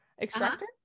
extractor